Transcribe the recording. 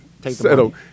Settle